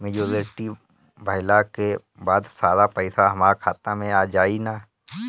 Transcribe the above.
Maturity भईला के बाद सारा पईसा हमार खाता मे आ जाई न?